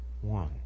one